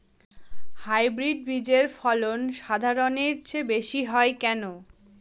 Hybrid বীজের ফলন সাধারণের চেয়ে বেশী হয় কেনো?